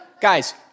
Guys